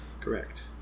Correct